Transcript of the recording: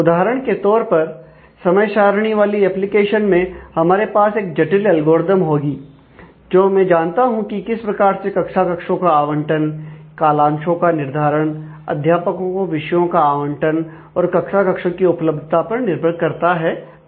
उदाहरण के तौर पर समय सारणी वाली एप्लीकेशन में हमारे पास एक जटिल एल्गोरिथ्म होगी मैं जानता हूं की किस प्रकार से कक्षा कक्षों का आवंटन कालांशो का निर्धारण अध्यापकों को विषयों का आवंटन और कक्षा कक्षों की उपलब्धता पर निर्भर करता है आदि